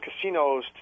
casinos